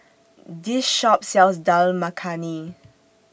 This Shop sells Dal Makhani